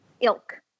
ilk